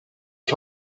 ich